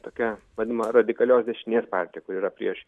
tokia vadinama radikalios dešinės partija kuri yra prieš